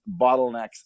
bottlenecks